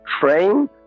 train